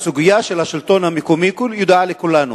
הסוגיה של השלטון המקומי ידועה לכולנו.